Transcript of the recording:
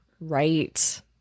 Right